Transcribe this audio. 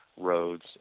roads